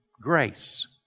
grace